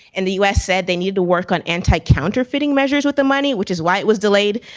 and the us said they need to work on anti-counterfeiting measures with the money which is why it was delayed,